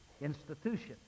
institution